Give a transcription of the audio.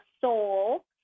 soul